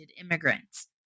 immigrants